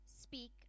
speak